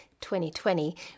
2020